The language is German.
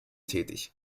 tätig